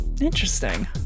Interesting